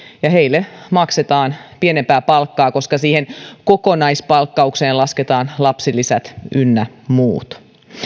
ja heille maksetaan pienempää palkkaa koska siihen kokonaispalkkaukseen lasketaan lapsilisät ynnä muut